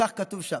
וכך כתוב שם: